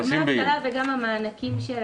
לגבי דמי אבטלה וגם המענקים של